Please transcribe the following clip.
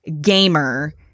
gamer